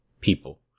people